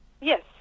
Yes